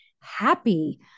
happy